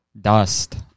dust